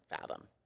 fathom